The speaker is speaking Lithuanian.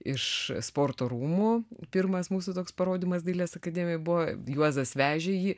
iš sporto rūmų pirmas mūsų toks parodymas dailės akademijoj buvo juozas vežė jį